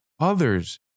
Others